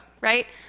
right